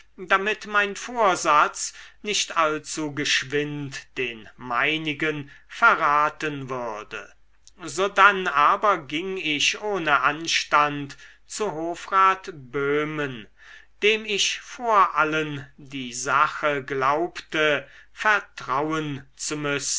damit mein vorsatz nicht allzu geschwind den meinigen verraten würde sodann aber ging ich ohne anstand zu hofrat böhmen dem ich vor allen die sache glaubte vertrauen zu müssen